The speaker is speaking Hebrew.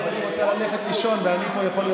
היא רוצה ללכת לישון ואני יכול להיות